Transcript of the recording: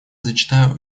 зачитаю